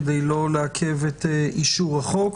כדי לא לעכב את אישור החוק.